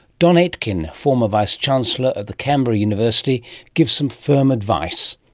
don aitkin, former vice chancellor of the canberra university gives some firm advice.